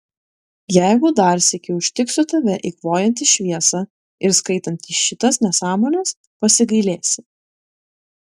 jeigu dar sykį užtiksiu tave eikvojantį šviesą ir skaitantį šitas nesąmones pasigailėsi